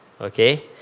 Okay